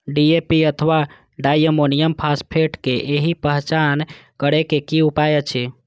DAP अथवा diammonium phosphate के सहि पहचान करे के कि उपाय अछि?